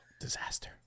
Disaster